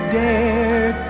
dare